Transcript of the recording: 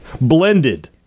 Blended